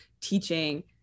teaching